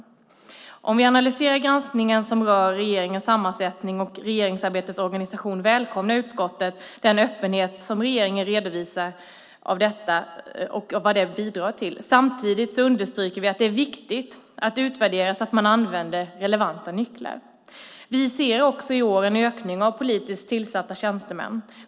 När vi analyserar granskningen som rör regeringens sammansättning och regeringsarbetets organisation välkomnar utskottet den öppenhet som regeringens redovisning av detta bidrar till. Samtidigt understryker vi att det är viktigt att utvärdera så att man använder relevanta nycklar. Vi ser också i år en ökning av politiskt tillsatta tjänstemän.